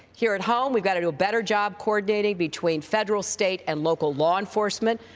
here at home, we've got to do a better job coordinating between federal, state, and local law enforcement.